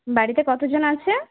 বাড়িতে কতজন আছে